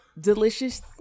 Delicious